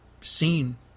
Seen